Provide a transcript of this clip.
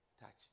touch